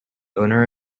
owner